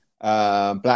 Black